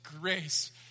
grace